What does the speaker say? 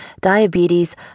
diabetes